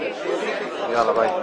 רביזיה.